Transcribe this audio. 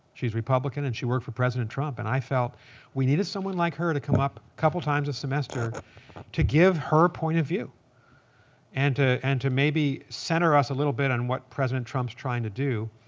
she's republican, and she worked for president trump, and i felt we needed someone like her to come up couple of times a semester to give her point of view and to and to maybe center us a little bit on what president trump's trying to do.